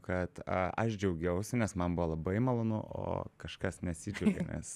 kad a aš džiaugiausi nes man buvo labai malonu o kažkas nesižiaugė nes